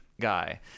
guy